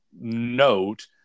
Note